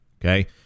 Okay